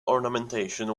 ornamentation